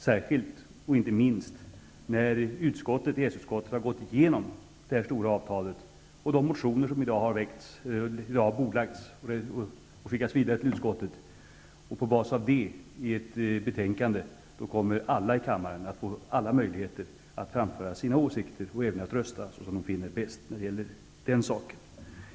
Det gäller inte minst när EES-utskottet har gått igenom det här stora avtalet och de motioner som i dag har väckts, bordlagts och skickats vidare till utskottet. På basis av detta, och utifrån ett betänkande, kommer alla i kammaren att få alla möjligheter att framföra sina åsikter och att rösta på det sätt som de finner bäst i det här ärendet.